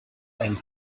and